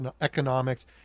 economics